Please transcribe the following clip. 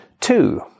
Two